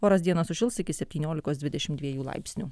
oras dieną sušils iki septyniolikos dvidešimt dviejų laipsnių